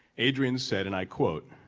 adrianne said and i quote,